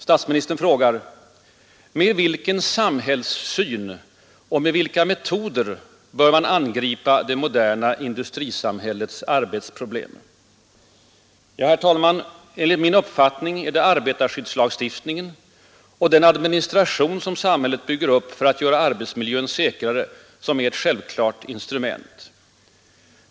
Statsministern frågar: ”Med vilken samhällssyn och med vilka metoder bör man angripa det moderna industrisamhällets arbetsproblem?” Ja, herr talman, enligt min uppfattning är arbetarskyddslagstiftningen och den administration som samhället bygger upp för göra arbetsmiljön säkrare ett självklart instrument.